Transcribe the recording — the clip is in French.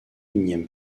unième